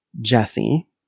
jesse